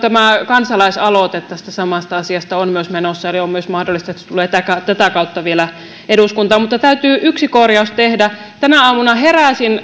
myös kansalaisaloite tästä samasta asiasta on menossa eli on myös mahdollista että se tulee tätä tätä kautta vielä eduskuntaan täytyy yksi korjaus tehdä tänä aamuna heräsin